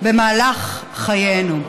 במהלך חיינו.